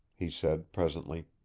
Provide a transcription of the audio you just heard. he said presently.